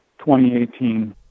2018